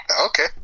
Okay